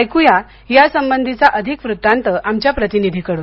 ऐक्यात यासंबंधीचा अधिक वृतांत आमच्या प्रतिनिधीकडून